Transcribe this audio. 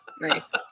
Nice